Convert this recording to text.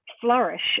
flourish